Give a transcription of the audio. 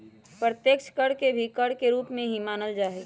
अप्रत्यक्ष कर के भी कर के एक रूप ही मानल जाहई